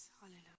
hallelujah